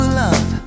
love